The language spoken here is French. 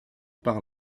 par